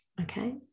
okay